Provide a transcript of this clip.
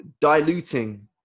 diluting